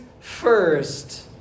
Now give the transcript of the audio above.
first